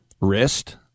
wrist